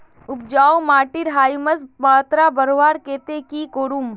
उपजाऊ माटिर ह्यूमस मात्रा बढ़वार केते की करूम?